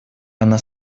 она